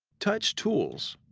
touch tools.